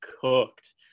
cooked